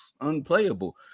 unplayable